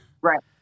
Right